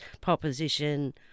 proposition